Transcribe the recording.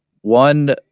one